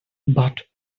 but